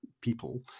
people